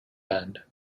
band